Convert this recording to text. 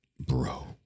Bro